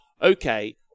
okay